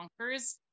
bonkers